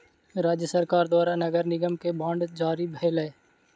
राज्य सरकार द्वारा नगर निगम के बांड जारी भेलै